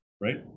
right